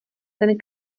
ten